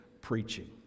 preaching